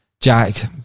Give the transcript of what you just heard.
jack